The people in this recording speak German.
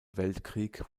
weltkrieg